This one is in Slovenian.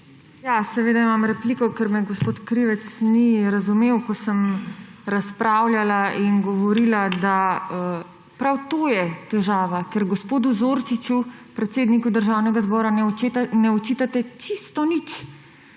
Seveda imam repliko, ker me gospod Krivec ni razumel, ko sem razpravljala in govorila, da prav to je težava, ker gospodu Zorčiču, predsedniku Državnega zbora, ne očitate čisto nič.